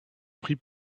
prix